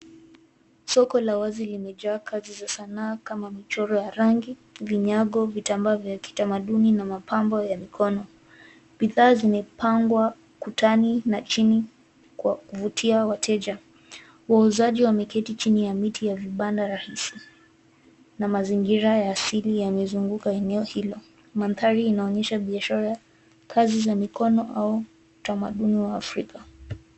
Soko la wazi limejaa kazi za sanaa kama michoro ya rangi, vinyago , vitambaa vya kitamaduni na mapambo ya mikono . Bidhaa zimepangwa ukutani na chini kwa kuvutia wateja . Wauzaji wameketi chini ya miti ya vibanda rahisi . Na mazingira ya asili yamezunguka eneo hilo. Mandhari inaonyesha biashara , kazi za mikono au utamaduni wa Afrika.